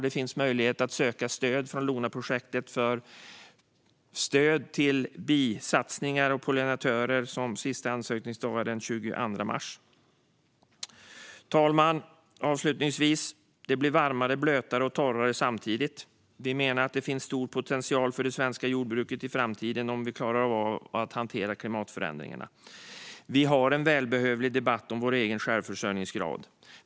Det finns möjlighet att söka stöd från detta projekt till satsningar på bin och pollinatörer, och sista ansökningsdag är den 22 mars. Fru talman! Avslutningsvis: Det blir varmare, blötare och torrare samtidigt. Vi menar att det finns stor potential för det svenska jordbruket i framtiden om vi klarar av att hantera klimatförändringarna. Vi har en välbehövlig debatt om vår egen självförsörjningsgrad.